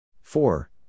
Four